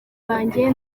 banjye